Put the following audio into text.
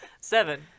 Seven